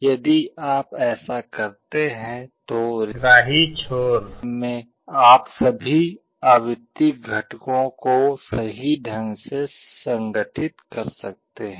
यदि आप ऐसा करते हैं तो ग्राही छोर में आप सभी आवृत्ति घटकों को सही ढंग से संगठित कर सकते हैं